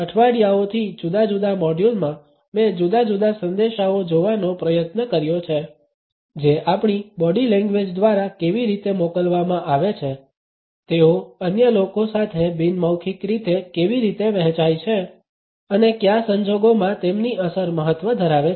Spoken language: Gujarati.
અઠવાડિયાઓથી જુદા જુદા મોડ્યુલમાં મેં જુદા જુદા સંદેશાઓ જોવાનો પ્રયત્ન કર્યો છે જે આપણી બોડી લેંગ્વેજ દ્વારા કેવી રીતે મોકલવામાં આવે છે તેઓ અન્ય લોકો સાથે બિન મૌખિક રીતે કેવી રીતે વહેંચાય છે અને કયા સંજોગોમાં તેમની અસર મહત્વ ધરાવે છે